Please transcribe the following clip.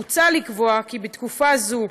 מוצע לקבוע כי תקופה זו,